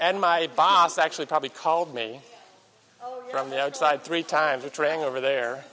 and my boss actually probably called me from the outside three times a training over there